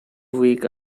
week